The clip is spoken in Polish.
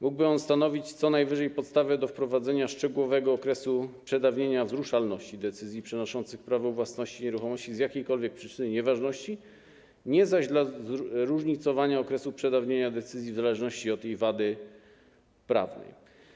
Mógłby on stanowić co najwyżej podstawę do wprowadzenia szczegółowego okresu przedawnienia wzruszalności decyzji przenoszących prawo własności nieruchomości z jakiejkolwiek przyczyny nieważności, nie zaś dla zróżnicowania okresu przedawnienia decyzji w zależności od jej wady prawnej.